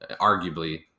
arguably